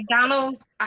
McDonald's